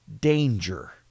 danger